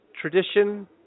tradition